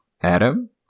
Adam